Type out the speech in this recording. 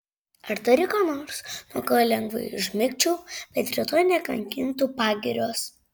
ar turi ko nors nuo ko lengvai užmigčiau bet rytoj nekankintų pagirios